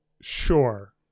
sure